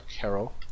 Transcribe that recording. Carol